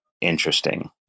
interesting